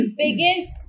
biggest